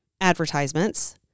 advertisements